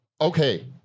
Okay